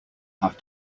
have